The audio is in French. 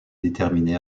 déterminée